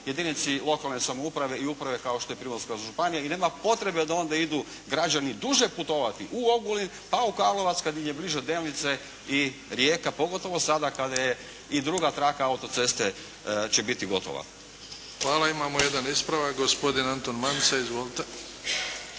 jedinici lokalne samouprave i uprave kao što je Primorska županija gdje nema potrebe da onda idu građani duže putovati u Ogulin, pa u Karlovac kad im je bliže Delnice i Rijeka pogotovo sada kada će i druga traka auto-ceste biti gotova. **Bebić, Luka (HDZ)** Hvala. Imamo jedan ispravak, gospodin Anton Mance. Izvolite.